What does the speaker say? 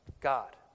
God